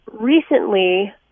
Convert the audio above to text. recently